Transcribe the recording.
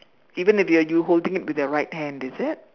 even if you are you holding it with your right hand is it